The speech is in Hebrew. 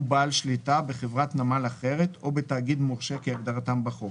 הוא בעל שליטה בחברת נמל אחרת או בתאגיד מורשה כהגדרתם בחוק,"